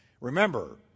Remember